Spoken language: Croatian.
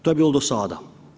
To je bilo do sada.